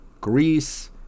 Greece